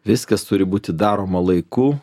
viskas turi būti daroma laiku